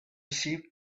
sheep